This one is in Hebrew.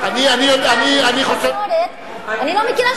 אני לא מכירה,